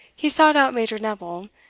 he sought out major neville,